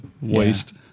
waste